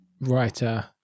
writer